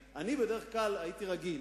אני, בדרך כלל, הייתי רגיל